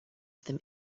them